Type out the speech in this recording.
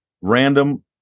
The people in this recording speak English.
random